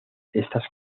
estas